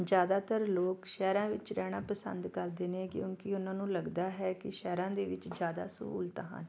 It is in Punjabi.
ਜ਼ਿਆਦਾਤਰ ਲੋਕ ਸ਼ਹਿਰਾਂ ਵਿੱਚ ਰਹਿਣਾ ਪਸੰਦ ਕਰਦੇ ਨੇ ਕਿਉਂਕਿ ਉਹਨਾਂ ਨੂੰ ਲੱਗਦਾ ਹੈ ਕਿ ਸ਼ਹਿਰਾਂ ਦੇ ਵਿੱਚ ਜ਼ਿਆਦਾ ਸਹੂਲਤਾਂ ਹਨ